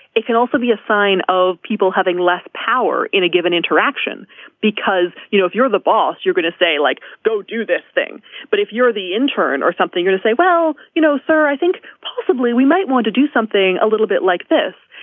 it can also be a sign of people having less power in a given interaction because you know if you're the boss you're going to say like go do this thing but if you're the intern or something or to say well you know sir i think possibly we might want to do something a little bit like this.